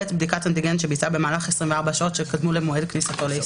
(ב)בדיקת אנטיגן שביצע במהלך 24 השעות שקדמו למועד כניסתו לישראל,